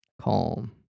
Calm